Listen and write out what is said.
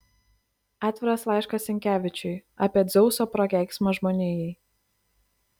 atviras laiškas sinkevičiui apie dzeuso prakeiksmą žmonijai